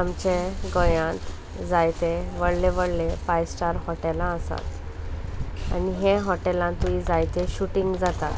आमचे गोंयांत जायते व्हडले व्हडले फायव स्टार हॉटेलां आसात आनी हे हॉटेलांतूय जायतें शुटींग जाता